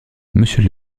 monsieur